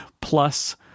Plus